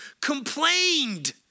complained